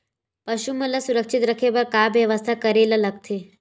पशु मन ल सुरक्षित रखे बर का बेवस्था करेला लगथे?